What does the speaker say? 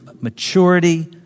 maturity